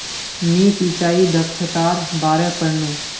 मी सिंचाई दक्षतार बारे पढ़नु